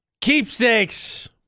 Keepsakes